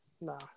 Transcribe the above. No